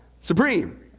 Supreme